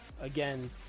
again